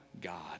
god